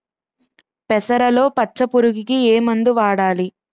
పెసరలో పచ్చ పురుగుకి ఏ మందు వాడాలి?